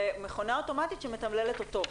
ומכונה אוטומטית שמתמללת אותו.